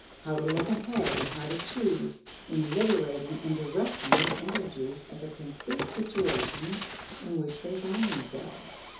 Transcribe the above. how to look ahead, and how to choose in liberating and directing the energies of the concrete situations in which they find themselves.